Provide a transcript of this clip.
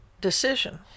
decision